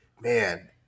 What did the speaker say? man